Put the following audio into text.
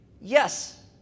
Yes